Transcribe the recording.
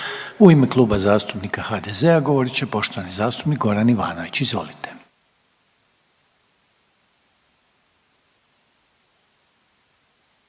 U ime Kluba zastupnika MOST-a govorit će poštovani zastupnik Božo Petrov. Izvolite.